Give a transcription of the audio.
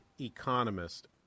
economist